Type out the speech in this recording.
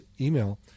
email